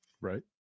Right